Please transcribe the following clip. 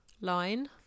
Line